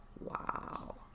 Wow